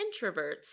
introverts